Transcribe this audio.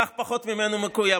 כך פחות סעיפים ממנו מקוימים.